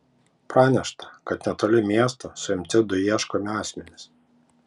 pranešta kad netoli miesto suimti du ieškomi asmenys